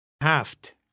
Haft